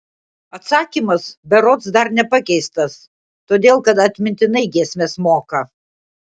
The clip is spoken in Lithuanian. atsakymas berods dar nepakeistas todėl kad atmintinai giesmes moka